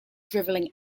drivelling